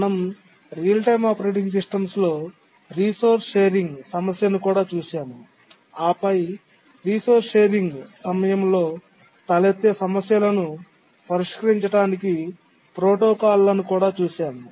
మనం real time operating సిస్టమ్స్లో resource sharing సమస్యను కూడా చూశాము ఆపై రిసోర్స్ షేరింగ్ సమయంలో తలెత్తే సమస్యలను పరిష్కరించడానికి ప్రోటోకాల్ లను కూడా చూశాము